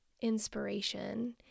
inspiration